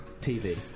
TV